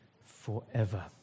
forever